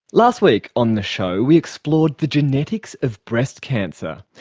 last week on the show we explored the genetics of breast cancer.